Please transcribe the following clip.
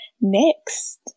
next